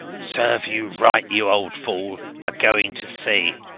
serve you right, you old fool, for going to sea.